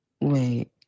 Wait